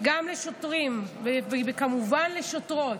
גם לשוטרים, וכמובן לשוטרות,